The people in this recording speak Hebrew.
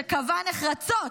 שקבע נחרצות,